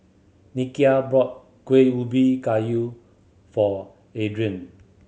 Nikia brought Kueh Ubi Kayu for Adrian